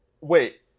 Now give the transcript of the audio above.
Wait